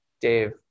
Dave